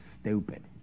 stupid